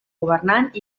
governant